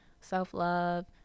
self-love